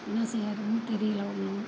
என்ன செய்யறதுன்னு தெரியிலை ஒன்றும்